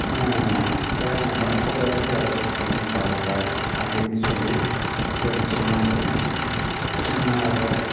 கல்யாணமெல்லாம் கூட இருந்து எல்லாத்தையும் பண்ணிப் பாருடா அப்படின்னு சொல்லி என்னை சொன்னார் சொன்னார்